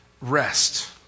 Rest